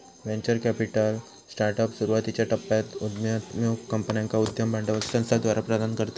venture capital startups, सुरुवातीच्यो टप्प्यात उदयोन्मुख कंपन्यांका उद्यम भांडवल संस्थाद्वारा प्रदान करता